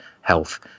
health